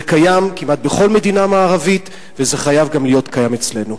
זה קיים כמעט בכל מדינה מערבית וזה חייב להיות קיים גם אצלנו.